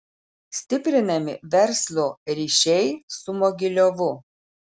stiprinami verslo ryšiai su mogiliovu